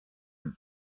and